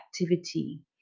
activity